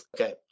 Okay